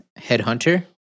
Headhunter